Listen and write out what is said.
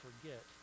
forget